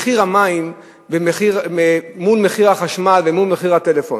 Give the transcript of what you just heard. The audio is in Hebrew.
מחיר המים מול מחיר החשמל ומול מחיר הטלפון: